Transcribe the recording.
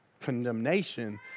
condemnation